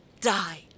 die